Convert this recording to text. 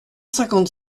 cinquante